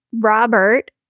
robert